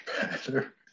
better